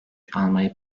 almayı